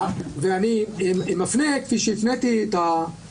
וברור שהחלטה של נגיד בנק ישראל להעלות את הריבית זו החלטת מדיניות